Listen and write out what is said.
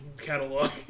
catalog